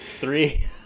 Three